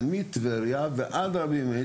זה מטבריה ועד רבי מאיר,